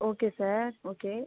okay sir okay